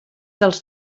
dels